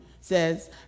says